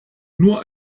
nur